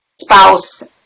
spouse